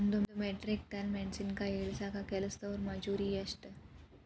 ಒಂದ್ metric ton ಮೆಣಸಿನಕಾಯಿ ಇಳಸಾಕ್ ಕೆಲಸ್ದವರ ಮಜೂರಿ ಎಷ್ಟ?